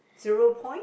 zero point